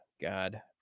God